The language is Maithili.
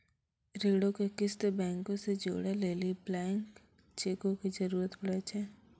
ऋणो के किस्त बैंको से जोड़ै लेली ब्लैंक चेको के जरूरत पड़ै छै